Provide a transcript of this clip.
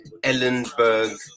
Ellenberg